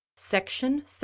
Section